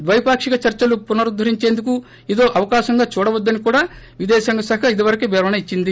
ద్వైపాక్షిక చర్సలు పునరుద్గరించేందుకు ఇదో అవకాశంగా కూడా చూడవద్దని కూడా విదేశాంగ శాఖ ఇదివరకే వివరణ ఇచ్చింది